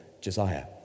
Josiah